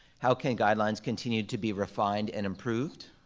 how can guidelines continue to be refined and improved?